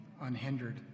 unhindered